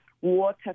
water